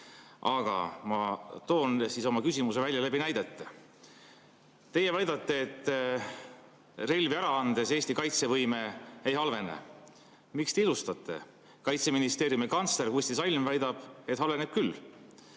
Aga ma toon oma küsimuse välja näidete kaudu. Teie väidate, et relvi ära andes Eesti kaitsevõime ei halvene. Miks te ilustate? Kaitseministeeriumi kantsler Kusti Salm väidab, et halveneb küll.